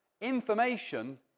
Information